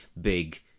big